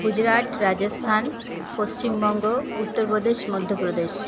Gujarat Rajasthan Paschimbanga Uttar Pradesh Madhya Pradesh